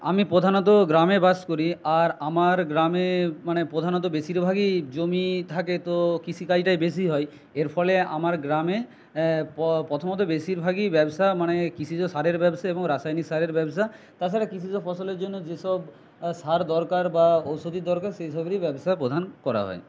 আমি প্রধানত গ্রামে বাস করি আর আমার গ্রামে মানে প্রধানত বেশিরভাগই জমি থাকে তো কৃষিকাজটাই বেশি হয় এর ফলে আমার গ্রামে প্রথমত বেশিরভাগই ব্যবসা মানে কৃষিজ সারের ব্যবসা এবং রাসায়নিক সারের ব্যবসা তাছাড়া কৃষিজ ফসলের জন্য যেসব সার দরকার বা ঔষধির দরকার সেই সবেরই ব্যবসা প্রধান করা হয়